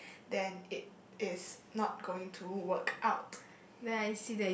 then it is not going to work out